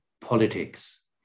politics